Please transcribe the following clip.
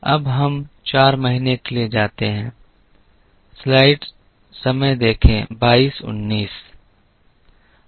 अब हम चार महीने के लिए जाते हैं